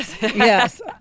yes